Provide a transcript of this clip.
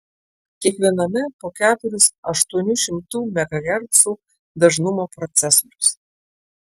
kiekviename po keturis aštuonių šimtų megahercų dažnumo procesorius